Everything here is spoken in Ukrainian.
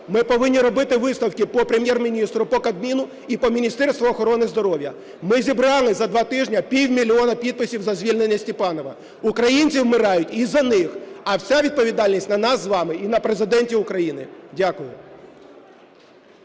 Ми повинні робити висновки по Прем'єр-міністру, по Кабміну і по Міністерству охорони здоров'я. Ми зібрали за два тижні півмільйона підписів за звільнення Степанова. Українці вмирають із-за них, а вся відповідальність на нас з вами і на Президенті України. Дякую.